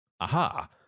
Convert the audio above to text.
Aha